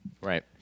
Right